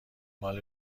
مال